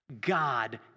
God